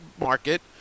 market